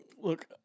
Look